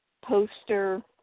poster